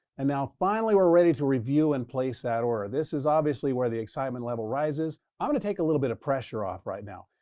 and now, finally, we're ready to review and place that order. this is obviously where the excitement level rises. i'm going to take a little bit of pressure off right now.